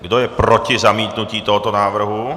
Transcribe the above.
Kdo je proti zamítnutí tohoto návrhu?